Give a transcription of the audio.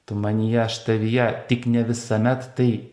tu manyje aš tavyje tik ne visamet tai